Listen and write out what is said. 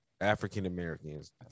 African-Americans